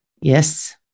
Yes